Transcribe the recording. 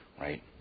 Right